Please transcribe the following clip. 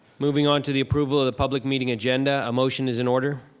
moving on to the approval of the public meeting agenda, a motion is in order.